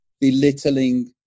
belittling